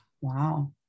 Wow